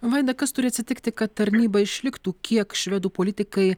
vaida kas turi atsitikti kad tarnyba išliktų kiek švedų politikai